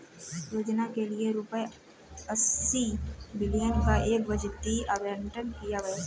योजना के लिए रूपए अस्सी बिलियन का बजटीय आवंटन किया गया था